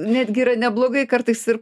netgi yra neblogai kartais ir